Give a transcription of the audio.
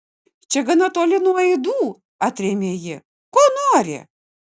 čia gana toli nuo aidų atrėmė ji ko nori